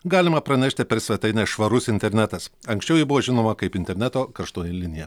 galima pranešti per svetainę švarus internetas anksčiau ji buvo žinoma kaip interneto karštoji linija